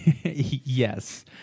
Yes